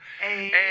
Hey